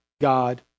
God